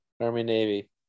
Army-Navy